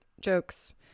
jokes